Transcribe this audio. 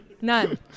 None